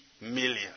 million